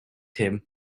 him